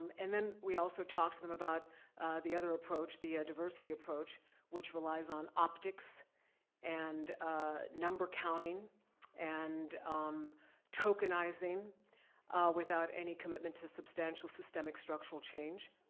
and then we also talk to them about the other approach, the diversity approach which relies on optics and ah number counting and um tokenizing without any commitment to substantial systemic structural change.